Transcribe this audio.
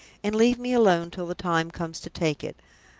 and leave me alone till the time comes to take it.